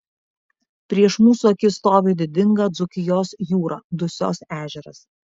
prieš mūsų akis stovi didinga dzūkijos jūra dusios ežeras